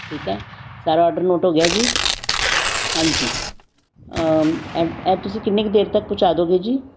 ਠੀਕ ਹੈ ਸਾਰਾ ਔਡਰ ਨੋਟ ਹੋ ਗਿਆ ਜੀ ਹਾਂਜੀ ਇਹ ਇਹ ਤੁਸੀਂ ਕਿੰਨੀ ਇਹ ਦੇਰ ਤੱਕ ਪਹੁੰਚਾ ਦੋਗੇ ਜੀ